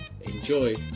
Enjoy